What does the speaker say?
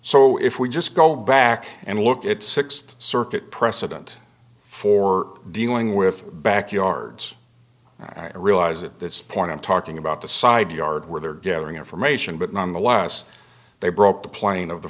so if we just go back and look at sixth circuit precedent for dealing with backyards i realize at this point i'm talking about the side yard where they're gathering information but nonetheless they broke the plane of the